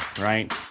right